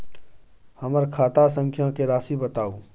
हमर खाता संख्या के राशि बताउ